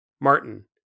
Martin